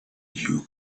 you